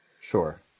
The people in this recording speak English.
Sure